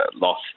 loss